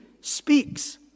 speaks